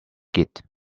git